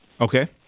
Okay